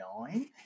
nine